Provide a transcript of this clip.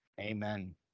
Amen